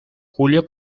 julio